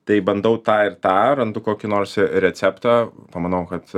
tai bandau tą ir tą randu kokį nors receptą pamanau kad